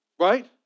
right